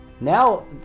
Now